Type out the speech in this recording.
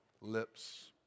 lips